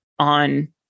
on